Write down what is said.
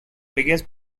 biggest